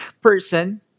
person